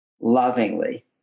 lovingly